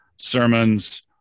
Sermons